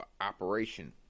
operation